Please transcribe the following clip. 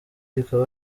bikaba